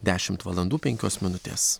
dešimt valandų penkios minutės